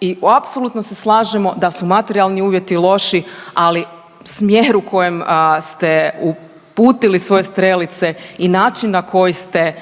i apsolutno se slažemo da su materijalni uvjeti loši, ali smjer u kojem ste uputili svoje strelice i način na koji ste